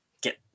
get